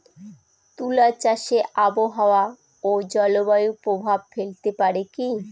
তুলা চাষে আবহাওয়া ও জলবায়ু প্রভাব ফেলতে পারে কি?